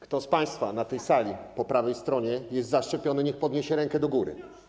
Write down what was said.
Kto z państwa na tej sali po prawej stronie jest zaszczepiony, niech podniesie rękę do góry.